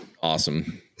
Awesome